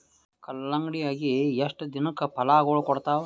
ಕಲ್ಲಂಗಡಿ ಅಗಿ ಎಷ್ಟ ದಿನಕ ಫಲಾಗೋಳ ಕೊಡತಾವ?